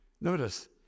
Notice